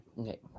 okay